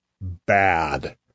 bad